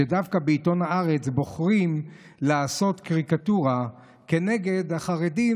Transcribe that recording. שדווקא בעיתון הארץ בוחרים לעשות קריקטורה כנגד החרדים,